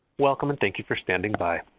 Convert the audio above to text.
welcome, and thank you for standing by.